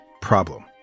problem